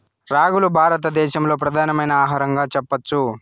రాగులు భారత దేశంలో ప్రధానమైన ఆహారంగా చెప్పచ్చు